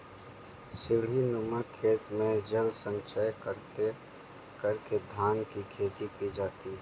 सीढ़ीनुमा खेत में जल संचय करके धान की खेती की जाती है